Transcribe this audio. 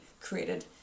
created